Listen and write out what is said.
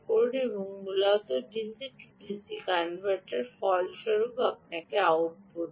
এটি মূলত DC DC রূপান্তরকারী এবং ফলস্বরূপ আপনাকে আউটপুট দেয়